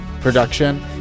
production